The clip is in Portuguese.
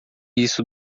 isso